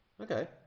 Okay